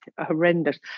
horrendous